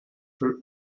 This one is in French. peu